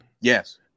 Yes